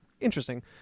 interesting